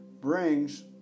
brings